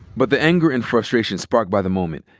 but the anger and frustration sparked by the moment,